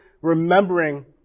remembering